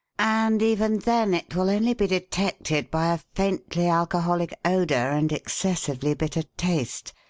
and even then it will only be detected by a faintly alcoholic odour and excessively bitter taste.